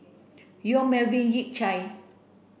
Yong Melvin Yik Chye